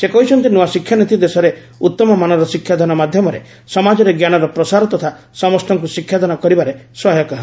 ସେ କହିଛନ୍ତି ନୂଆ ଶିକ୍ଷାନୀତି ଦେଶରେ ଉତ୍ତମମାନର ଶିକ୍ଷାଦାନ ମାଧ୍ୟମରେ ସମାଜରେ ଜ୍ଞାନର ପ୍ରସାର ତଥା ସମସ୍ତଙ୍କୁ ଶିକ୍ଷାଦାନ କରିବାରେ ସହାୟକ ହେବ